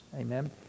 amen